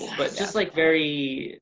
but just like very.